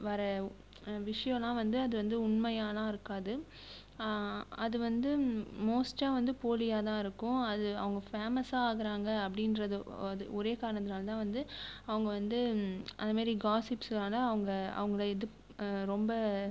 வர விஷயோலா வந்து அது வந்து உண்மையாலா இருக்காது அது வந்து மோஸ்ட்டாக வந்து போலியாக தான் இருக்கும் அது அவங்க ஃபேமஸ்சாக ஆகிறாங்க அப்படின்றது அது ஒரே காரணத்தினால தான் வந்து அவங்க வந்து அந்தமாதிரி காசிப்ஸ்னால அவங்க அவங்களை இது ரொம்ப